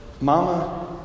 Mama